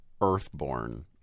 Earthborn